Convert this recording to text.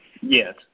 Yes